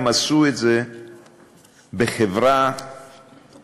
הם עשו את זה בחברה מנוכרת,